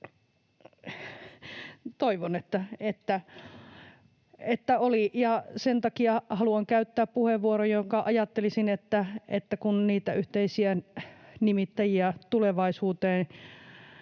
Toivon, että oli, ja sen takia haluan käyttää puheenvuoron, koska ajattelisin, että kun niitä yhteisiä nimittäjiä tulevaisuuteen